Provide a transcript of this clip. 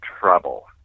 trouble